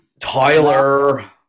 Tyler